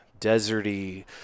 deserty